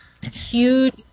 huge